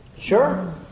Sure